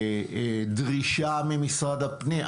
דרישה ממשרד הפנים.